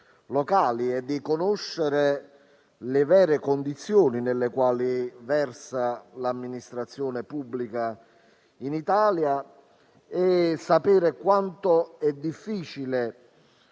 e di conoscere le vere condizioni nelle quali versa l'amministrazione pubblica in Italia, sapendo quanto è difficile